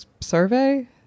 survey